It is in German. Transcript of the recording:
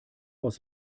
aus